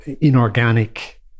inorganic